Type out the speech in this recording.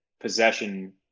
possession